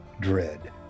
dread